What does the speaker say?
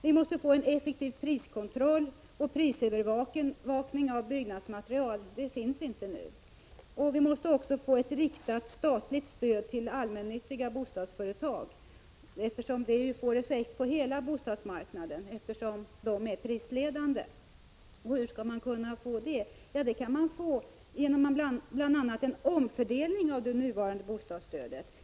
Vi måste få en effektiv priskontroll och prisövervakning av byggnadsmaterial. Det finns inte nu. Vi måste också få ett riktat statligt stöd till allmännyttiga bostadsföretag, vilket får effekt på hela bostadsmarknaden, eftersom de allmännyttiga bostadsföretagen är prisledande. Hur skall man då åstadkomma det? Jo, bl.a. genom en omfördelning av det nuvarande bostadsstödet.